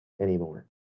anymore